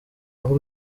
aho